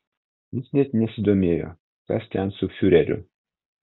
jis net nesidomėjo kas ten su fiureriu